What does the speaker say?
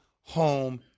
home